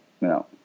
no